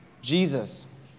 Jesus